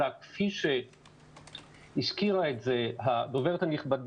אלא, כפי שהזכירה את זה הדוברת הנכבדה